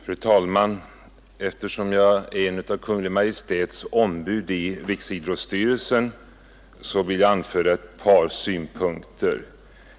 Fru talman! Eftersom jag är ett av Kungl. Maj:ts ombud i Riksidrottsstyrelsen vill jag anföra ett par synpunkter.